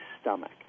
stomach